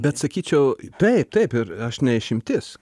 bet sakyčiau taip taip ir aš ne išimtis